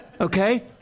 Okay